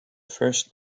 first